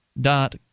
dot